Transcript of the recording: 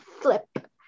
flip